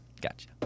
gotcha